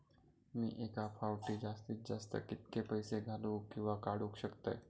मी एका फाउटी जास्तीत जास्त कितके पैसे घालूक किवा काडूक शकतय?